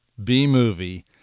B-movie